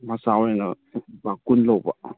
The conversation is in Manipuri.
ꯃꯆꯥ ꯑꯣꯏꯔꯒꯅ ꯂꯨꯄꯥ ꯀꯨꯟ ꯂꯧꯕ